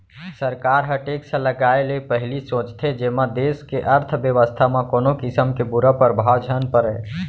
सरकार ह टेक्स लगाए ले पहिली सोचथे जेमा देस के अर्थबेवस्था म कोनो किसम के बुरा परभाव झन परय